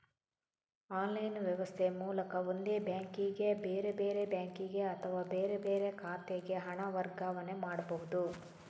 online ವ್ಯವಸ್ಥೆ ಮೂಲಕ ಒಂದೇ ಬ್ಯಾಂಕಿಗೆ, ಬೇರೆ ಬೇರೆ ಬ್ಯಾಂಕಿಗೆ ಅಥವಾ ಬೇರೆ ಬೇರೆ ಖಾತೆಗೆ ಹಣ ವರ್ಗಾವಣೆ ಮಾಡ್ಬಹುದು